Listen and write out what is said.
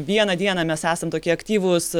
vieną dieną mes esam tokie aktyvūs